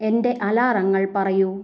എൻ്റെ അലാറങ്ങൾ പറയൂ